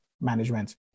management